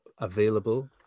available